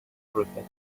cricket